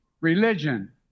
religion